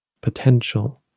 potential